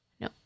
No